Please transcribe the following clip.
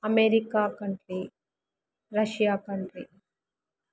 America country Russia country